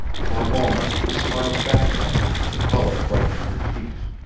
for a moment she smiled back at him, the color brightening her cheeks.